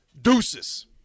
deuces